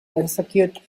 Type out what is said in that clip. execute